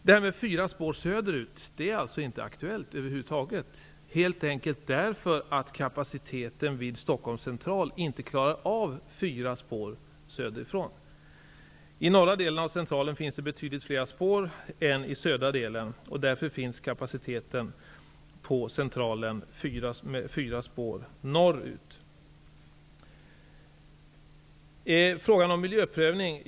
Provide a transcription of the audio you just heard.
Det är alltså över huvud taget inte aktuellt med fyra spår söderut, helt enkelt därför att kapaciteten vid I norra delen av Centralen finns det betydligt fler spår än det finns i södra delen. Därför finns det kapacitet för fyra spår på Centralen norrut. Så till frågan om miljöprövningen.